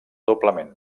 doblement